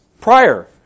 prior